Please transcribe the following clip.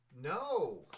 No